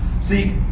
See